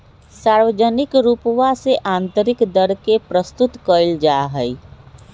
सार्वजनिक रूपवा से आन्तरिक दर के प्रस्तुत कइल जाहई